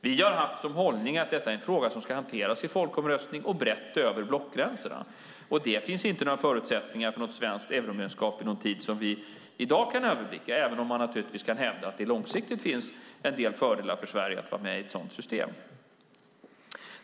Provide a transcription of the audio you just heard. Vi har haft som hållning att det är en fråga som ska hanteras i folkomröstning och brett över blockgränserna. Det finns inga förutsättningar för ett svenskt euromedlemskap under överblickbar tid - även om man givetvis kan hävda att det långsiktigt finns en del fördelar för Sverige med att vara med i ett sådant system.